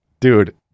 Dude